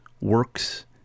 works